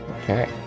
Okay